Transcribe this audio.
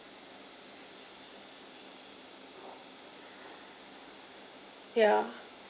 ya